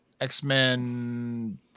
x-men